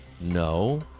No